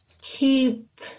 keep